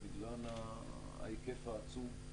בגלל ההיקף העצום.